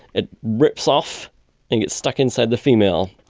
it rips off and gets stuck inside the female.